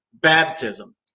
baptism